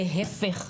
להיפך,